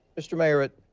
mister mayor it.